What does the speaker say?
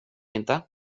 inte